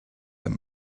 him